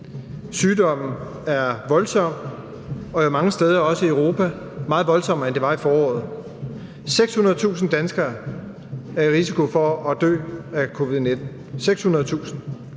Sygdommen er voldsom og er mange steder i Europa også meget voldsommere, end den var i foråret. 600.000 danskere er i risiko for at dø af covid-19 – 600.000.